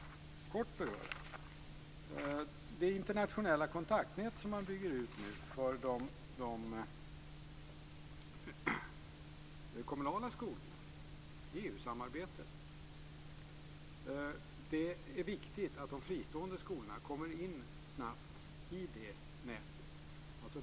Det är viktigt att de fristående skolorna kommer in i de internationella kontaktnät som man nu bygger ut för de kommunala skolorna, dvs. EU-samarbetet.